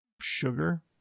sugar